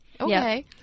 okay